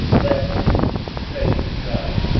thus saith god,